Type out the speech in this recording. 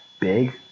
big